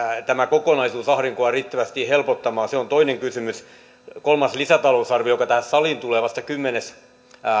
tämä kokonaisuus ahdinkoa riittävästi helpottamaan se on toinen kysymys kolmannen lisätalousarvion joka tähän saliin tulee vasta kymmenes